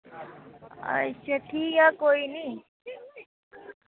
अच्छा ठीक ऐ कोई नी